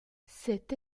cette